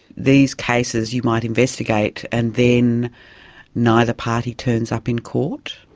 these cases you might investigate and then neither party turns up in court.